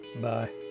Bye